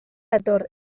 dator